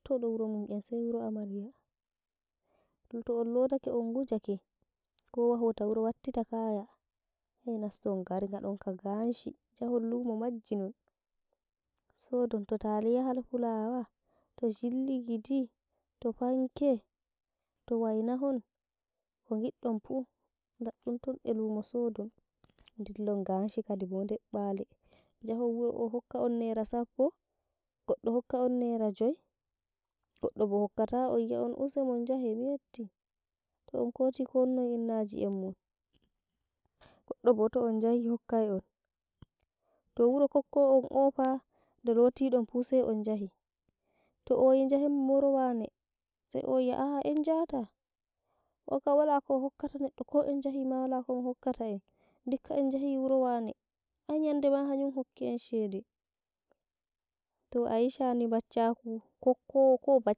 Todo wuro mun en sai wuro amarya, to to'on lotake ungu chake kowa hota wuro wattita kaya hei naston gari ngadon ka ganshi njahon lumo majjinon soɗon ta taliya hal to jin ligidi to fanke, to waina hon, kogidɗon fuu e lumo soɗon, ndillon ganshi kadibo der bale jahon wuro ohokka'on nera sappo, godɗo hokka'on nera joi, godɗo bo hokka ta on wai on usemon jahe miyetti, to'on koti komnon innaji en mon. Godɗo bo to'on jahi hokkai on, to wuro kokkowo on o'oh faa nde lotidonfu sai on njahi, to owii en njahenma wuro wane, sai o'oh wi'a a'ah en jata oh kam wala ko'o hokkata ndikka en jahi wuro wane ai nyanden ma hanyum hokki en sheɗe to ayi shani baccaku kokkowo.